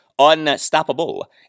unstoppable